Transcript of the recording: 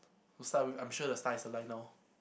the sun I'm sure the star is aligned now